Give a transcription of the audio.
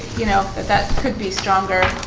you know that that could be stronger